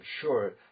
sure